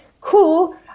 cool